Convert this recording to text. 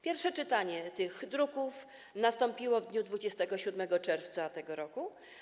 Pierwsze czytanie tych druków nastąpiło w dniu 27 czerwca tego roku.